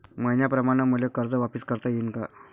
मईन्याप्रमाणं मले कर्ज वापिस करता येईन का?